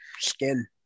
skin